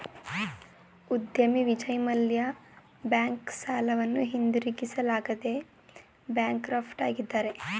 ಉದ್ಯಮಿ ವಿಜಯ್ ಮಲ್ಯ ಬ್ಯಾಂಕ್ ಸಾಲವನ್ನು ಹಿಂದಿರುಗಿಸಲಾಗದೆ ಬ್ಯಾಂಕ್ ಕ್ರಾಫ್ಟ್ ಆಗಿದ್ದಾರೆ